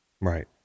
right